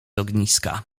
ogniska